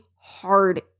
hard